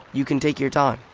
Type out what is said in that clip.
you can take your time.